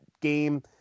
game